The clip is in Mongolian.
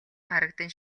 харагдана